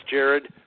Jared